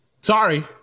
sorry